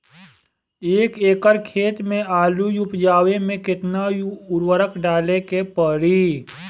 एक एकड़ खेत मे आलू उपजावे मे केतना उर्वरक डाले के पड़ी?